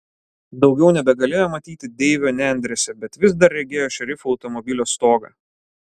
daugiau nebegalėjo matyti deivio nendrėse bet vis dar regėjo šerifo automobilio stogą